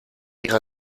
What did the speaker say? ihrer